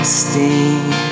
sting